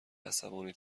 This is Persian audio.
عصبانی